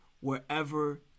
wherever